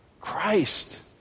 Christ